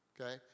Okay